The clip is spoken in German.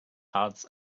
hartz